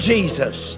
Jesus